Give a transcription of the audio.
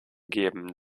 geben